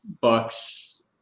bucks